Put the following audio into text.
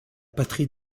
patrie